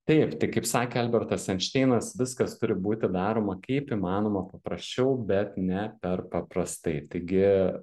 taip kaip sakė albertas einšteinas viskas turi būti daroma kaip įmanoma paprasčiau bet ne per paprastai taigi